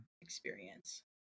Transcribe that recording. experience